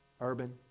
Urban